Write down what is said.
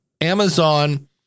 Amazon